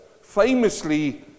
famously